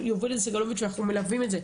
יוביל את זה סגלוביץ' ואנחנו מלווים את זה.